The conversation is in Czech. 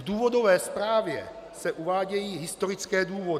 V důvodové zprávě se uvádějí historické důvody.